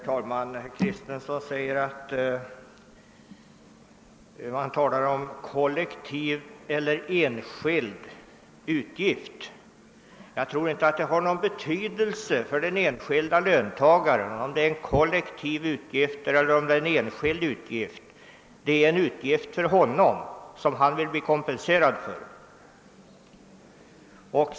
Herr talman! Herr Kristenson talade om kollektiv eller enskild utgift, men jag tror inte det har någon betydelse för den enskilde löntagaren om det är en kollektiv eller en enskild utgift som han vill bli kompenserad för.